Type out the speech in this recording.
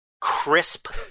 crisp